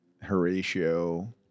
Horatio